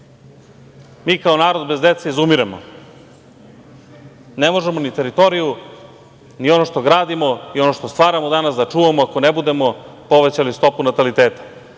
Mi kao narod bez dece izumiremo. Ne možemo ni teritoriju ni ono što gradimo i ono što stvaramo danas da čuvamo ako ne budemo povećali stopu nataliteta. Zato